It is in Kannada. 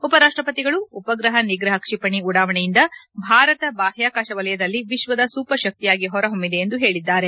ಉಪರಾಷ್ಟ ಪತಿಗಳು ಉಪಗ್ರಹ ನಿಗ್ರಹ ಕ್ಷಿಪಣಿ ಉಡಾವಣೆಯಿಂದ ಭಾರತ ಬಾಹ್ಯಾಕಾಶ ವಲಯದಲ್ಲಿ ವಿಶ್ವದ ಸೂಪರ್ ಶಕ್ತಿಯಾಗಿ ಹೊರಹೊಮ್ಮಿದೆ ಎಂದು ಹೇಳಿದ್ದಾರೆ